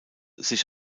sich